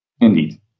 Indeed